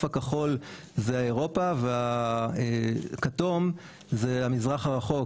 הכחול זה אירופה והכתום זה המזרח הרחוק,